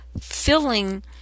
filling